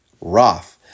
Roth